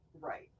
Right